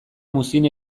muzin